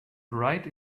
ripe